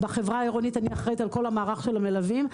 בחברה העירונית אני אחראית על כל המערך של המלווים,